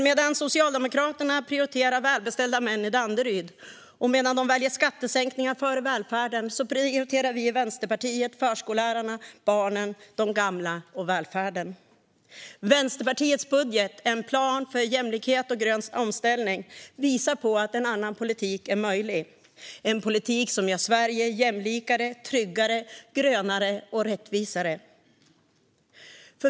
Medan Socialdemokraterna prioriterar välbeställda män i Danderyd och medan de väljer skattesänkningar före välfärden prioriterar vi i Vänsterpartiet förskollärarna, barnen, de gamla och välfärden. Vänsterpartiets budgetmotion En plan för jämlikhet och grön omställning visar att en annan politik är möjlig. Det är en politik som gör Sverige mer jämlikt, tryggt, grönt och rättvist.